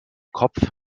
kopf